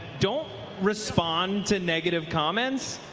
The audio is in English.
don't respond to negative comments.